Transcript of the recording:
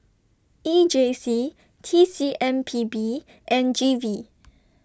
E J C T C M P B and G V